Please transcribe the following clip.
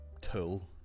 tool